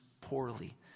poorly